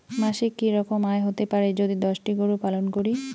মাসিক কি রকম আয় হতে পারে যদি দশটি গরু পালন করি?